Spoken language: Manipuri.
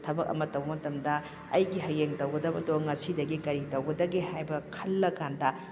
ꯊꯕꯛ ꯑꯃ ꯇꯧꯕ ꯃꯇꯝꯗ ꯑꯩꯒꯤ ꯍꯌꯦꯡ ꯇꯧꯒꯗꯕꯗꯣ ꯉꯁꯤꯗꯒꯤ ꯀꯔꯤ ꯇꯧꯒꯗꯒꯦ ꯍꯥꯏꯕ ꯈꯟꯂ ꯀꯥꯟꯗ